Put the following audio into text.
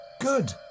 good